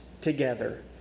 together